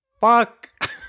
fuck